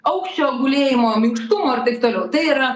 aukščio gulėjimo minkštumo ir taip toliau tai yra